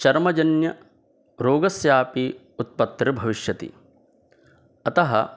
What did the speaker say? चर्मजन्य रोगस्यापि उत्पत्तिः भविष्यति अतः